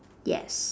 yes